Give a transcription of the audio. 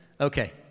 okay